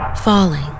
falling